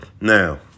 Now